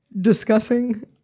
discussing